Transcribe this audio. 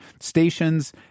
stations